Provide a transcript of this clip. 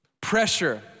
Pressure